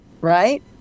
right